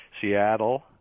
Seattle